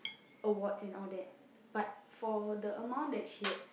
awards and all that but for the amount that she had